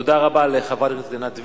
תודה רבה לחברת הכנסת עינת וילף.